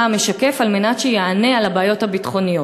המשקף על מנת שיענה על הבעיות הביטחוניות.